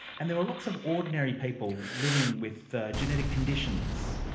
and there were lots of ordinary people living with genetic conditions.